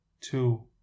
two